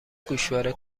گوشواره